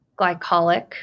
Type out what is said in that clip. glycolic